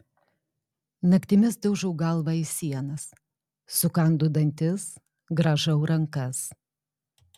naktimis daužau galvą į sienas sukandu dantis grąžau rankas